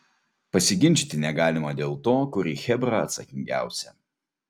pasiginčyti negalima dėl to kuri chebra atsakingiausia